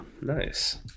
Nice